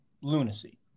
lunacy